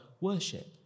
worship